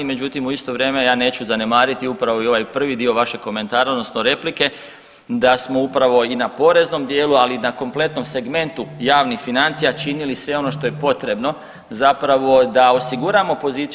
Međutim, u isto vrijeme ja neću zanemariti upravo i ovaj prvi dio vašeg komentara odnosno replike da smo upravo i na poreznom dijelu, ali i na kompletnom segmentu javnih financija činili sve ono što je potrebno zapravo da osiguramo poziciju.